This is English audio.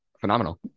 phenomenal